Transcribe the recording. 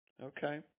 Okay